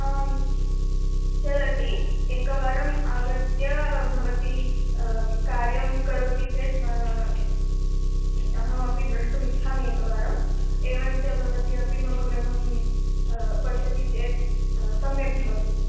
आं चलति एकवारम् आगत्य भवती कार्यं करोति चेत् मम अहमपि द्रष्टुमिच्छामि एकवारम् एवञ्च भवती अपि मम गृहं पश्यति चेत् सम्यग्भवति